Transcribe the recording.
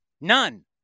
None